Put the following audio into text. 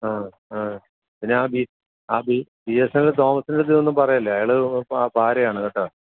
ആ ആ പിന്നെ ആ ബി ആ ബി എസ് എൻ എൽ തോമാസിൻ്റെയടുത്ത് ഒന്നും പറയല്ലേ അയാൾ പാരയാണ് കേട്ടോ